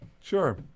Sure